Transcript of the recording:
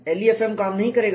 LEFM काम नहीं करेगा